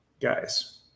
Guys